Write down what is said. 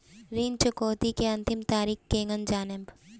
ऋण चुकौती के अंतिम तारीख केगा जानब?